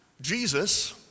Jesus